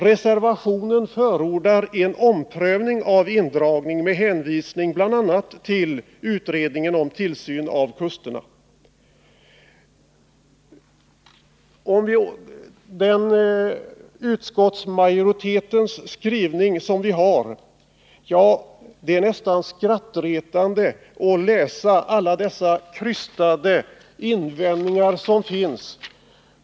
Reservationen förordar en omprövning av indragningen med hänvisning bl.a. till utredningen om tillsyn av kust och skärgård. När det gäller utskottsmajoritetens skrivning är det nästan skrattretande att läsa alla dessa krystade invändningar.